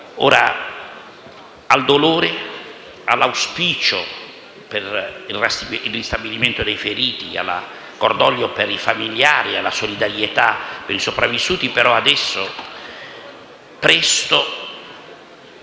il dolore, l'auspicio per il ristabilimento dei feriti, il cordoglio per i familiari e la solidarietà per i sopravvissuti, adesso